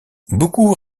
beaucoup